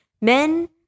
men